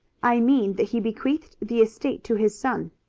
i mean that he bequeathed the estate to his son,